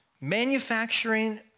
manufacturing